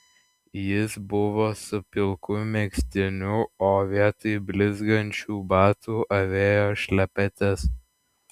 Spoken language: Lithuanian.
jis buvo su pilku megztiniu o vietoj blizgančių batų avėjo šlepetes